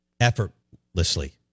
effortlessly